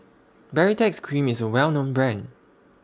Baritex Cream IS A Well known Brand